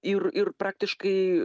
ir ir praktiškai